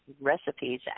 recipes